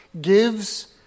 gives